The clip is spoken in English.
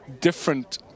different